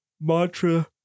mantra